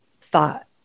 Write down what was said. thought